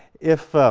if